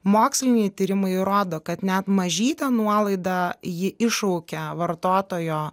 moksliniai tyrimai įrodo kad net mažytė nuolaida ji iššaukia vartotojo